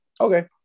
okay